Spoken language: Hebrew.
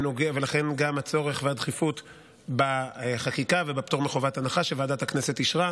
ולכן גם הצורך והדחיפות בחקיקה ובפטור מחובת הנחה שוועדת הכנסת אישרה,